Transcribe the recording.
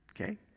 Okay